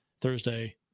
Thursday